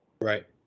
Right